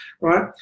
right